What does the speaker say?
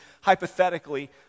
hypothetically